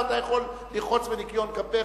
ואתה יכול לרחוץ בניקיון כפיך,